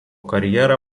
karjerą